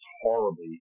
horribly